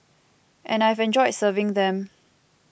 and I've enjoyed serving them